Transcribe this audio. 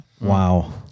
Wow